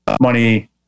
money